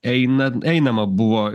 eina einama buvo